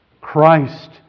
Christ